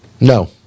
No